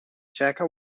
jaka